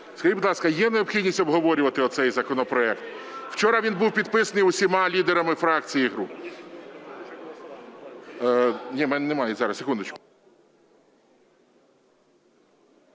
скажіть, будь ласка, є необхідність обговорювати оцей законопроект? Вчора він був підписаний усіма лідерами фракцій і груп. Одну секундочку.